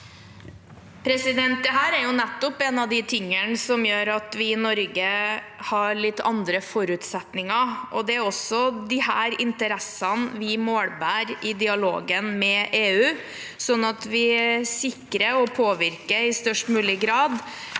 Dette er nett- opp en av de tingene som gjør at vi i Norge har litt andre forutsetninger, og det er også disse interessene vi målbærer i dialogen med EU, sånn at vi i størst mulig grad